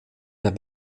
der